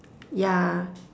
yeah